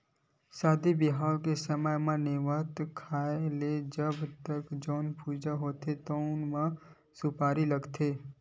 सादी बिहाव के समे म, नेवता खाए ल जाबे त जउन पूजा होथे तउनो म सुपारी लागथे